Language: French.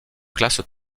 classe